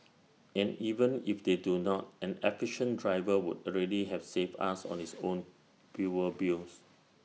and even if they do not an efficient driver would already have saved us on his own fuel bills